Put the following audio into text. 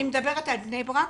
אני מדברת על בני ברק,